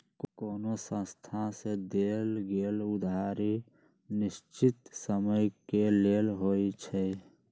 कोनो संस्था से देल गेल उधारी निश्चित समय के लेल होइ छइ